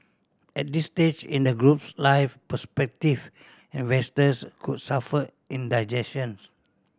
at this stage in the group's life prospective investors could suffer indigestion